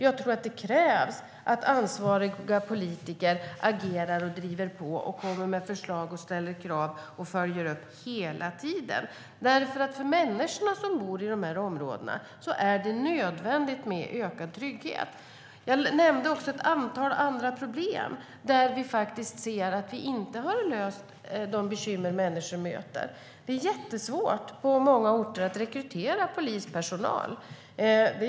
Jag tror att det krävs att ansvariga politiker agerar, driver på, kommer med förslag, ställer krav och följer upp hela tiden. För de människor som bor i dessa områden är det nödvändigt med ökad trygghet. Jag nämnde också ett antal andra problem där vi ser att de bekymmer människor möter inte har lösts. Det är på många orter mycket svårt att rekrytera polispersonal.